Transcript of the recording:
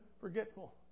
forgetful